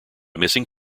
missing